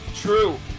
True